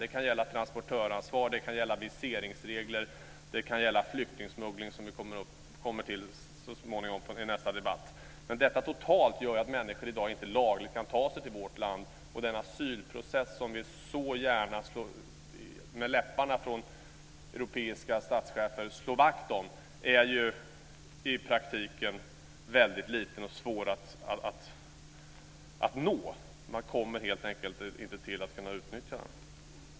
Det kan gälla transportöransvar, det kan gälla viseringsregler och det kan gälla flyktingsmuggling som vi kommer till i nästa debatt. Detta totalt gör att människor i dag inte lagligt kan ta sig till vårt land. Den asylprocess som europeiska statschefer med läpparna slår vakt om är i praktiken väldigt svår att nå. Man kommer helt enkelt inte att kunna utnyttja den.